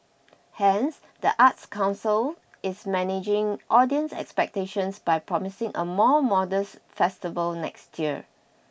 hence the arts council is managing audience expectations by promising a more modest festival next year